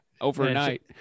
Overnight